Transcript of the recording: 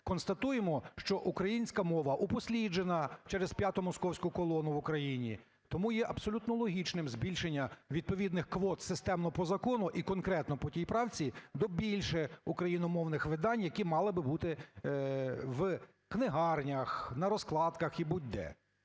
констатуємо, що українська мова упосліджена через "п'яту московську колону" в Україні, тому є абсолютно логічним збільшення відповідних квот системно по закону, і конкретно по тій правці, до більше україномовних видань, які мали би бути в книгарнях, на розкладках і будь-де.